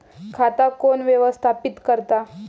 खाता कोण व्यवस्थापित करता?